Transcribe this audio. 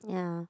yeah